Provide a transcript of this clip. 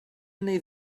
erbyn